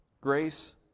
Grace